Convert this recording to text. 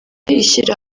ishyira